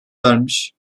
vermiş